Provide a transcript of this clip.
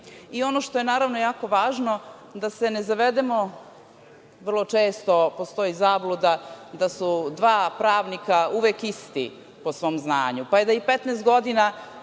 što je naravno, jako važno, da se ne zavedemo, vrlo često postoji zabluda da su dva pravnika uvek isti po svom znanju. Pa i da je, 15 godina